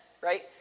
right